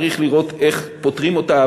צריך לראות איך פותרים אותה,